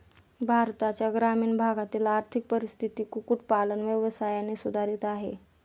भारताच्या ग्रामीण भागातील आर्थिक परिस्थिती कुक्कुट पालन व्यवसायाने सुधारत आहे